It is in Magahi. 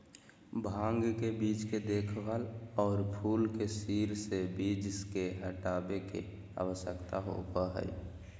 भांग के बीज के देखभाल, और फूल के सिर से बीज के हटाबे के, आवश्यकता होबो हइ